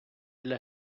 для